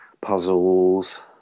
puzzles